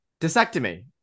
disectomy